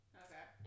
okay